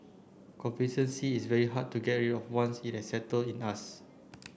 complacency is very hard to get rid of once it has settle in us